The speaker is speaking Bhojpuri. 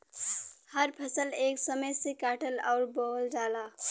हर फसल एक समय से काटल अउर बोवल जाला